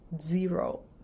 zero